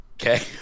Okay